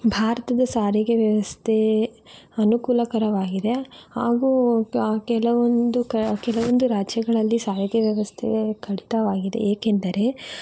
ಭಾರತದ ಸಾರಿಗೆ ವ್ಯವಸ್ಥೆ ಅನುಕೂಲಕರವಾಗಿದೆ ಹಾಗೂ ಕ ಕೆಲವೊಂದು ಕೆಲವೊಂದು ರಾಜ್ಯಗಳಲ್ಲಿ ಸಾರಿಗೆ ವ್ಯವಸ್ಥೆ ಕಡಿತವಾಗಿದೆ ಏಕೆಂದರೆ